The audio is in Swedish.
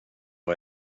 vad